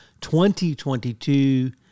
2022